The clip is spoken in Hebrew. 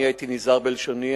אני הייתי נזהר בלשוני,